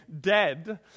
dead